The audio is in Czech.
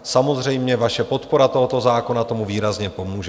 Samozřejmě,. vaše podpora tohoto zákona tomu výrazně pomůže.